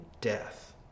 death